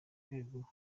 rwego